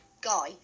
guy